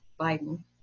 Biden